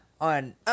on